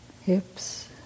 hips